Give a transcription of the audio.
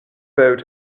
boat